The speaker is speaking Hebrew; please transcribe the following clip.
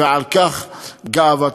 ועל כך גאוותנו,